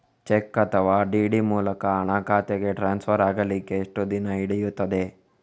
Check ಅಥವಾ DD ಮೂಲಕ ಹಣ ಖಾತೆಗೆ ಟ್ರಾನ್ಸ್ಫರ್ ಆಗಲಿಕ್ಕೆ ಎಷ್ಟು ದಿನ ಹಿಡಿಯುತ್ತದೆ?